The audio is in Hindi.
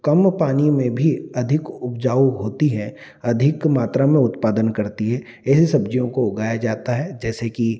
कम पानी में भी अधिक उपजाऊ होती हैं अधिक मात्रा में उत्पादन करती हैं यही सब्जियों को उगाया जाता है जैसे कि